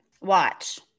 Watch